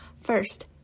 First